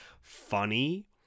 funny